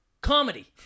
comedy